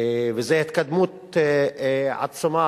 וזאת התקדמות עצומה.